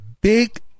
Big